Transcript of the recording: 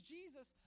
Jesus